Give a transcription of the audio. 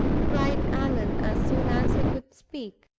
cried allan, as soon as he could speak.